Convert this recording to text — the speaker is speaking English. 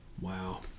Wow